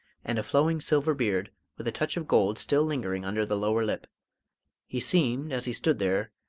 and a flowing silver beard with a touch of gold still lingering under the lower lip he seemed, as he stood there,